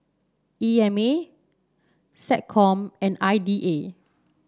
E M A SecCom and I D A